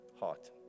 heart